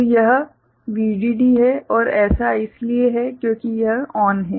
तो यह VDD है और ऐसा इसलिए है क्योंकि यह ON है